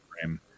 frame